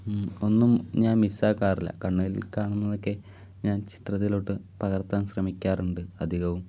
ഒന്നും ഞാൻ മിസ് ആക്കാറില്ല കണ്ണിൽ കാണുന്നതൊക്കെ ഞാൻ ചിത്രത്തിലോട്ട് പകർത്താൻ ശ്രമിക്കാറുണ്ട് അധികവും